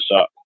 up